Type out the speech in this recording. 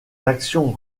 actions